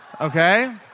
Okay